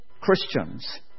Christians